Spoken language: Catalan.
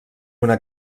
una